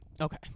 Okay